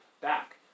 back